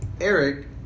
Eric